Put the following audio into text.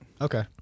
okay